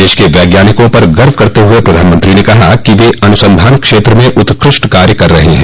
देश के वैज्ञानिकों पर गर्व करते हुए प्रधानमंत्री ने कहा कि वे अनुसंधान क्षेत्र में उत्कृष्ट कार्य कर रहे हैं